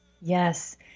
Yes